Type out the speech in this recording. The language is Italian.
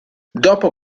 dopo